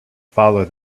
follow